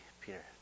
Peter